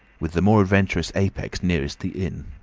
with the more adventurous apex nearest the inn.